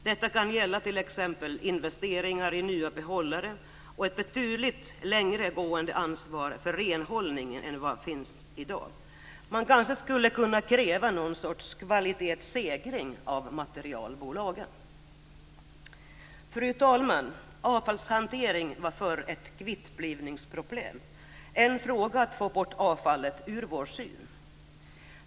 Det kan gälla t.ex. investeringar i nya behållare och ett betydligt mer långtgående ansvar för renhållningen än vad som gäller i dag. Man skulle kanske kunna kräva någon sorts kvalitetssäkring av materialbolagen. Fru talman! Avfallshantering var förr ett kvittblivningsproblem, en fråga om att få bort avfallet ur vår syn.